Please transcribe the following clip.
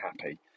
happy